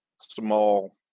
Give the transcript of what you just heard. small